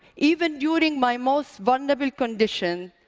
even during my most vulnerable condition,